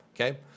Okay